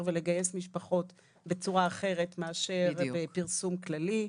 ולגייס משפחות בצורה אחרת מאשר בפרסום כללי,